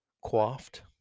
quaffed